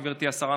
גברתי השרה,